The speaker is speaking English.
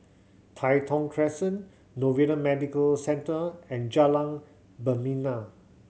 Tai Thong Crescent Novena Medical Centre and Jalan Membina